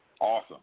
awesome